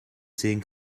sehen